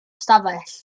stafell